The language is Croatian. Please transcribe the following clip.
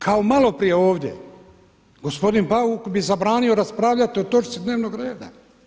Kao malo prije ovdje, gospodin Bauk bi zabranio raspravljati o točci dnevnog reda.